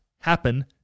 happen